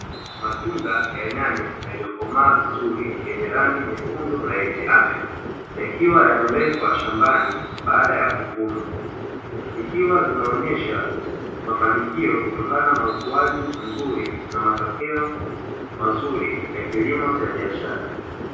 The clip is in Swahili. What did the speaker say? Matunda ya nyanya yaliyokomaa vizuri yenye rangi nyekundu na yenye afya, yakiwa yamewekwa shambani baada ya kuvunwa. Zikiwa zinaonyesha mafanikio kutokana na ukuaji mzuri na matokeo mazuri ya kilimo cha biashara.